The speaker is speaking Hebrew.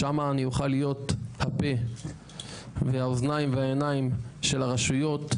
שם אני אוכל להיות הפה והאוזניים והעיניים של הרשויות,